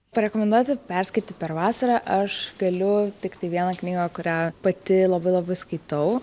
parekomenduoti perskaityti per vasarą aš galiu tiktai vieną knygą kurią pati labai labai skaitau